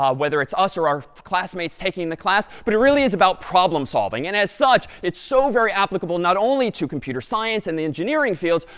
um whether it's us or our classmates taking the class. but it really is about problem solving. and as such, it's so very applicable not only to computer science and the engineering fields,